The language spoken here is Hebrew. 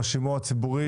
השימוע הציבורי,